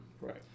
Right